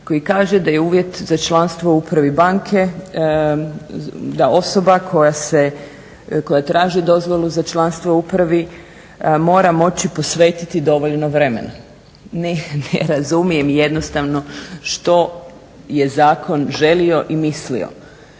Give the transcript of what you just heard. koji kaže da je uvjet za članstvo u upravi banke da osoba koja traži dozvolu za članstvo u upravi mora moći posvetiti dovoljno vremena. Ne razumijem jednostavno što je zakon želio i mislio,